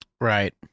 Right